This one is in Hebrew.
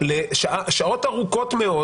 לשעות ארוכות מאוד,